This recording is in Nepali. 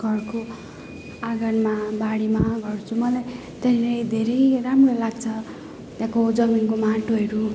घरको आँगनमा बारीमा गर्छु मलाई त्यहीँ नै धेरै राम्रो लाग्छ त्यहाँको जमिनको माटोहरू